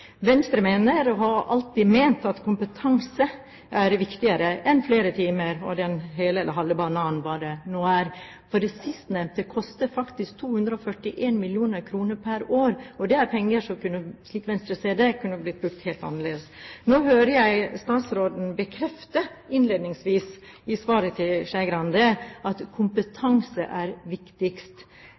Venstre mener, og har alltid ment, at kompetanse er viktigere enn flere timer og den hele eller halve bananen, eller hva det nå er. Det sistnevnte koster faktisk 241 mill. kr per år, og det er penger som, slik Venstre ser det, kunne ha blitt brukt helt annerledes. Nå hører jeg statsråden innledningsvis i svaret til Skei Grande bekrefte at kompetanse er viktigst.